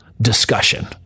Discussion